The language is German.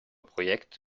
projekt